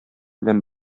белән